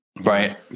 right